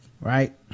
right